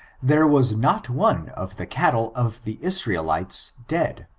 there was not one of the cattle of the israelites dead.